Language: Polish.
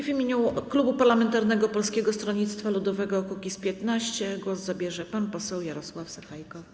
W imieniu klubu parlamentarnego Polskiego Stronnictwa Ludowego - Kukiz15 głos zabierze pan poseł Jarosław Sachajko.